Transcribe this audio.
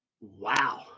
Wow